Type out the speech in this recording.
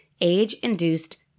age-induced